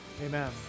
Amen